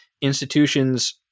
institutions